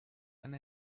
eine